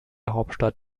hauptstadt